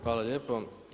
Hvala lijepo.